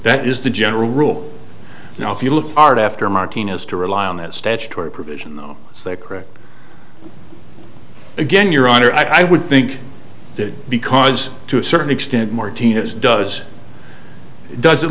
that is the general rule now if you look hard after martina's to rely on that statutory provision though is that correct again your honor i would think that because to a certain extent martinez does does